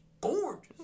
Gorgeous